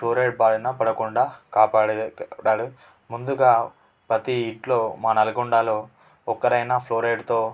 fluoride బారిన పడకుండా కాపాడే ముందుగా ప్రతి ఇంట్లో మా నల్గొండలో ఒక్కరైనా ఫ్లోరైడ్తో